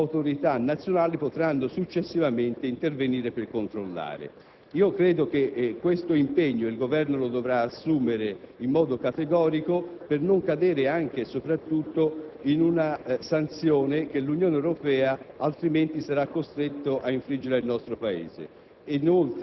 autorità nazionali potranno successivamente intervenire per controllare. Credo che questo impegno il Governo dovrà assumerlo in modo categorico per non cadere anche e soprattutto in una sanzione che l'Unione Europea altrimenti sarà costretta ad infliggere al nostro Paese.